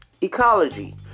Ecology